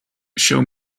show